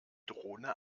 drohne